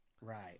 Right